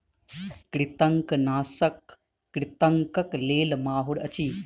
कृंतकनाशक कृंतकक लेल माहुर अछि